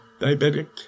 Diabetic